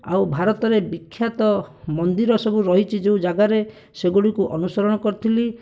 ଆଉ ଭାରତରେ ବିଖ୍ୟାତ ମନ୍ଦିର ସବୁ ରହିଛି ଯେଉଁ ଜାଗାରେ ସେଗୁଡ଼ିକୁ ଅନୁସରଣ କରିଥିଲି